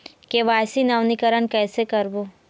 KYC नवीनीकरण कैसे करबो?